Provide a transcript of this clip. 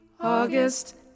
August